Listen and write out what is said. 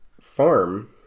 farm